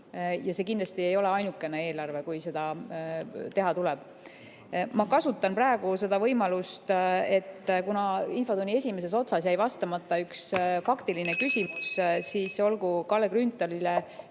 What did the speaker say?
Ja see kindlasti ei ole ainukene eelarve, kus seda teha tuleb. Ma kasutan praegu seda võimalust, et kuna infotunni esimeses otsas jäi vastamata üks faktiline küsimus, siis olgu Kalle Grünthalile